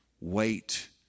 Wait